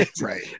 Right